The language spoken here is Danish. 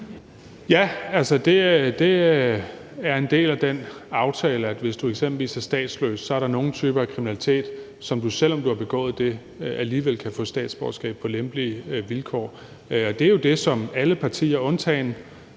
Ja, altså, det er en del af den aftale, at hvis du eksempelvis er statsløs, er der nogle typer kriminalitet, hvor du, selv om du har begået en af dem, alligevel kan få statsborgerskab på lempelige vilkår. Og det er jo det, som alle partier undtagen